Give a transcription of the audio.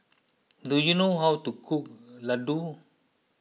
do you know how to cook Ladoo